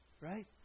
Right